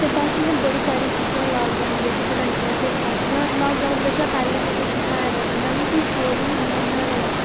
बस में बड़ी सारी चीज़ां लाकडाऊन बिच बनाइयां ते खाद्धियां ते लाकडाऊन कशा पैह्लें में किश बनाए दा निहां ते मिगी कोई शौक बी निहां बनाने दा